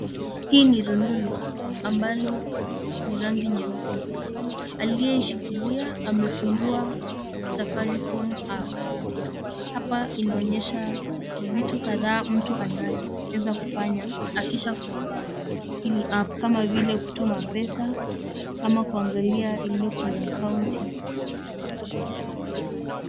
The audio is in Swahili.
Hii ni rununu ambayo ni ya rangi nyeusi, aliye ishikilia ameifungua Safaricom app, hapa inaonesha vitu kadhaa mtu anaweza kufanya akisha fungua hii app kama vile, kutuma pesa ama kuangalia salio kwenye akaunti.